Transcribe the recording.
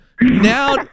Now